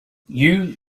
you